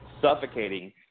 suffocating